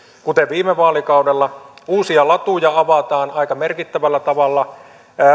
kuten viime vaalikaudella uusia latuja avataan aika merkittävällä tavalla